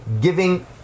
giving